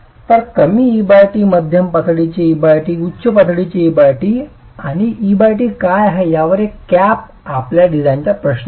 तर कमी et मध्यम पातळीचे et आणि उच्च पातळीचे et आणि et काय आहे यावर एक कॅप आपल्या डिझाइनचा प्रश्न आहे